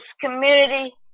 community